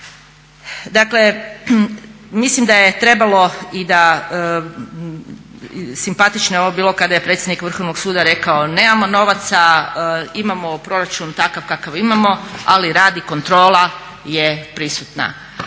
Dakle, mislim da je trebalo i da simpatično je ovo bilo kad je predsjednik Vrhovnog suda rekao nemamo novaca, imamo proračun takav kakav imamo ali rad i kontrola je prisutna.